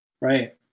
Right